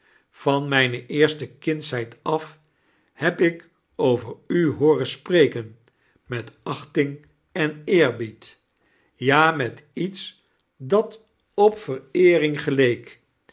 van mijne eerste kindsheid af beb ik over u hooren spreken met achting en eerhied ja met iets dat op vereering geleek